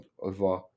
over